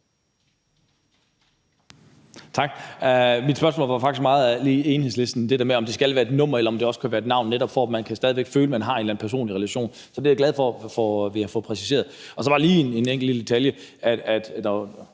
Tak. Mit spørgsmål var faktisk meget lig Enhedslistens, altså der med, om det skal være et nummer, eller om det også kan være et navn, netop for at man stadig væk kan føle, at man har en eller anden personlig relation. Så det er jeg glad for at vi har fået præciseret. Så var der lige en enkelt lille detalje.